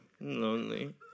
Lonely